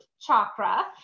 Chakra